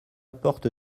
porte